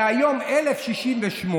להיום 1,068,